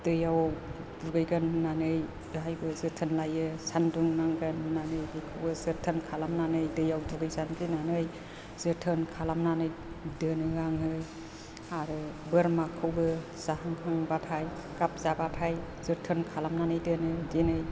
दैआव दुगैगोन होननानै बेवहायबो जोथोन लायो सान्दुं नांगोन होननानै जोथोन खालामनानै दैआव दुगैजानो गिनानै जोथोन खालामनानै दोनो आङो आरो बोरमाखौबो जाहोखांबाथाय गाब जाबाथाय जोथोन खालामनानै दोनो बिदिनो